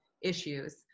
issues